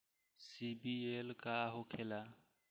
सीबील का होखेला?